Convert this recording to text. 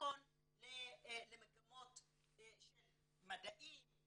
בתיכון למגמות של מדעים,